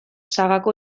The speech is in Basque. sagako